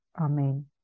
Amen